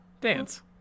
Dance